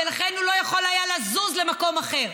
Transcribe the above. ולכן הוא לא יכול היה לזוז למקום אחר.